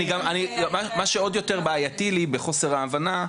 מה שעוד יותר בעייתי לי בחוסר ההבנה.